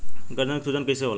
गर्दन के सूजन कईसे होला?